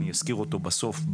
אני אזכיר אותו בסוף,